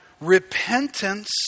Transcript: repentance